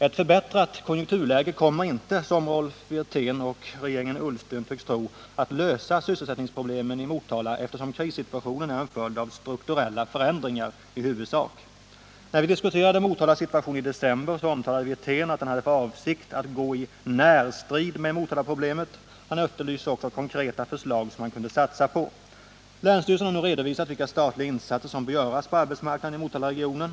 Ett förbättrat konjunkturläge kommer inte, som Rolf Wirtén och regeringen Ullsten tycks tro, att lösa sysselsättningsproblemen i Motala, eftersom krissituationen i huvudsak är en följd av strukturella förändringar. När vi diskuterade Motalas situation i december, omtalade Rolf Wirtén att han hade för avsikt att ”gå i närstrid med Motalaproblemet”. Han efterlyste också konkreta förslag som man kunde satsa på. Länsstyrelsen har nu redovisat vilka statliga insatser som bör göras på arbetsmarknaden i Motalaregionen.